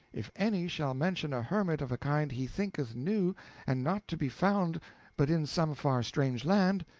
if any shall mention a hermit of a kind he thinketh new and not to be found but in some far strange land,